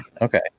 Okay